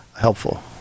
helpful